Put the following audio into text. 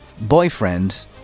boyfriend